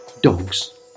dogs